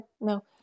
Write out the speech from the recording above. No